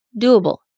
doable